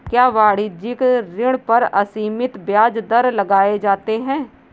क्या वाणिज्यिक ऋण पर असीमित ब्याज दर लगाए जाते हैं?